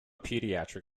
pediatric